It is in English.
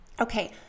Okay